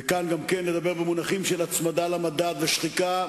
וכאן גם כן לדבר במונחים של הצמדה למדד ושחיקה,